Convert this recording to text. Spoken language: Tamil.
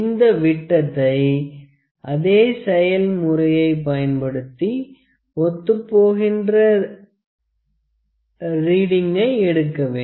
இந்த விட்டத்தை அதே செயல் முறையை பயன்படுத்தி ஒத்துப் போகின்றன ரீடிங்கை எடுக்க வேண்டும்